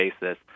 basis